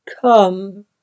Come